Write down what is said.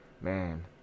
man